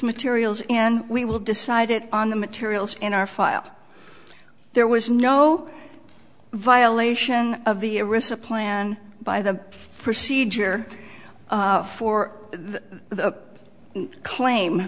materials and we will decide it on the materials in our file there was no violation of the risk of plan by the procedure for the claim